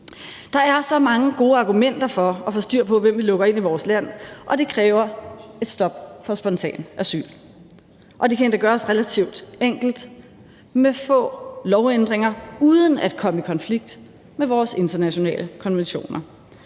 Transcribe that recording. Der er så mange gode argumenter for at få styr på, hvem vi lukker ind i vores land, og det kræver et stop for spontant asyl. Det kan endda gøres relativt enkelt med få lovændringer uden at komme i konflikt med vores internationale konventioner.